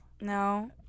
No